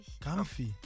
Comfy